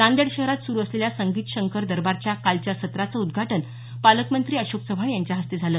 नांदेड शहरात सुरू असलेल्या संगीत शंकर दरबारच्या कालच्या सत्राचं उदघाटन पालकमंत्री अशोक चव्हाण यांच्या हस्ते झालं